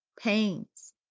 pains